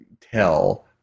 tell